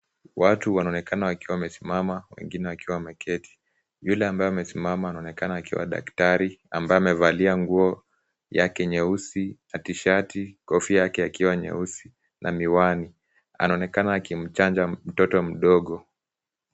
Watu wanaonekana wakiwa wamesimama, wengine wakiwa wameketi. Yule ambaye anaonekana akiwa amesimama anaonekana akiwa daktari ambaye amevalia nguo yake nyeusi, na tishati , kofia yake ikiwa nyeusi na miwani. Anaonekana akimchanja mtoto mdogo.